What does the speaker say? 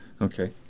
Okay